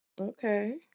okay